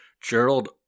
Gerald